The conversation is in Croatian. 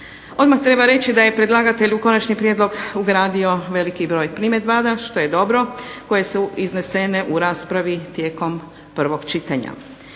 Odmah treba reći da je predlagatelj u konačni prijedlog ugradio veliki broj primjedaba, što je dobro, koje su iznesene u raspravi tijekom prvog čitanja.